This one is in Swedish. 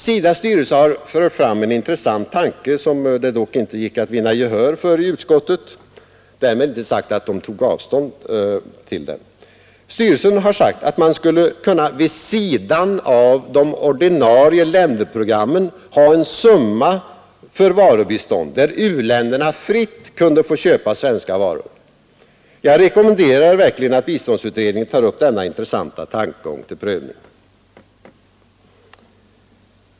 SIDA:s styrelse har fört fram en intressant tanke, som det dock inte gick att vinna gehör för i utskottet — därmed inte sagt att man tog avstånd från den. Styrelsen har förklarat att man skulle kunna vid sidan av de ordinarie länderprogrammen ha en summa för varubistånd, där u-länderna fritt kunde få köpa svenska varor. Jag rekommenderar verkligen att biståndsutredningen tar upp denna intressanta tankegång till prövning.